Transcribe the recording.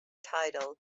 title